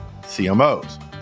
CMOs